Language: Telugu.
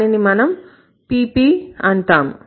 దాన్ని మనం PP అంటాం